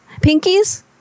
Pinkies